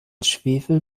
schwefel